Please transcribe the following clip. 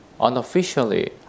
unofficially